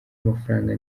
amafaranga